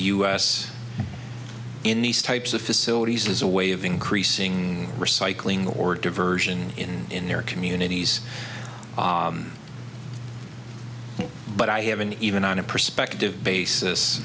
s in these types of facilities as a way of increasing recycling or diversion in their communities but i haven't even on a perspective basis